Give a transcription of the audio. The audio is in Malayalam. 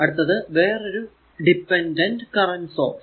അടുത്ത് വേറൊരു ഡിപെൻഡന്റ് കറന്റ് സോഴ്സ്